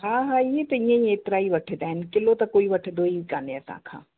हा हा इहे त ईअं ई एतिरा ई वठंदा आहिनि किलो त कोई वठंदो ई कोन्हे असां खां